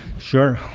sure.